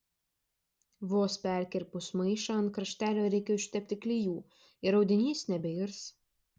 vos perkirpus maišą ant kraštelio reikia užtepti klijų ir audinys nebeirs